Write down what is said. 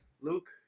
Luke